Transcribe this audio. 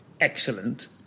excellent